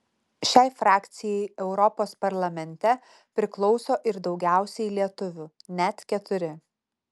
šiai frakcijai europos parlamente priklauso ir daugiausiai lietuvių net keturi